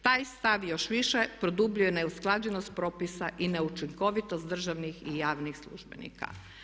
Taj stav još više produbljuje neusklađenost propisa neučinkovitost državnih i javnih službenika.